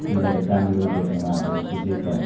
उनीहरूले काम गरिदिएकोमा अब त्यसै त